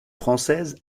française